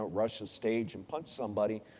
ah rush the stage and punch somebody.